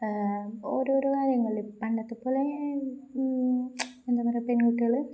ഓരോരോ കാര്യങ്ങളില് പണ്ടത്തെ പോലെ എന്താ പറയാ പെൺകുട്ടികള്